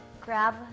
grab